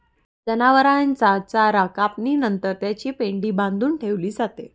जनावरांचा चारा कापणी नंतर त्याची पेंढी बांधून ठेवली जाते